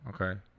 Okay